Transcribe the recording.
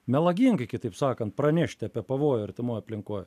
melagingai kitaip sakant pranešti apie pavojų artimoj aplinkoj